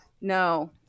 no